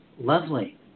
Lovely